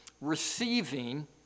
receiving